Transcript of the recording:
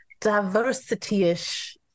diversity-ish